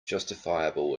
justifiable